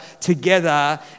together